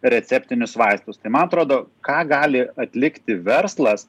receptinius vaistus tai man atrodo ką gali atlikti verslas